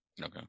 Okay